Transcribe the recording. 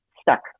stuck